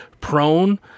prone